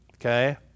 okay